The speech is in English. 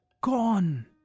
Gone